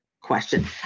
question